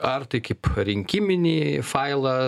ar tai kaip rinkiminį failą